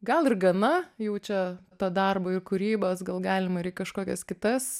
gal ir gana jau čia to darbo ir kūrybos gal galima ir į kažkokias kitas